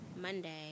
Monday